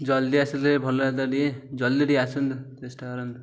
ଜଲ୍ଦି ଆସିଲେ ଭଲ ହେଇଥାନ୍ତା ଟିକେ ଜଲ୍ଦି ଟିକେ ଆସନ୍ତୁ ଚେଷ୍ଟା କରନ୍ତୁ